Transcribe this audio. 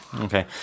Okay